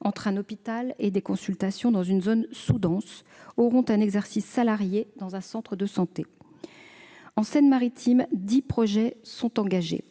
entre un hôpital et des consultations dans une zone sous-dense ou exerceront à titre salarié dans un centre de santé. En Seine-Maritime, dix projets sont engagés.